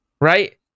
Right